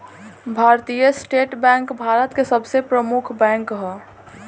भारतीय state bank Bharat के सबसे प्रमुख बैंक ह